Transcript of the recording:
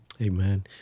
Amen